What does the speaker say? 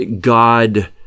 god